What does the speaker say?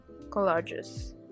collages